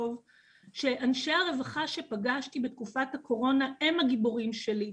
שאנשי הרווחה שפגשתי בתקופת הקורונה הם הגיבורים שלי,